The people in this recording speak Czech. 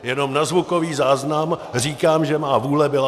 Jenom na zvukový záznam říkám, že má vůle byla jiná.